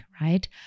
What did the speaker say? right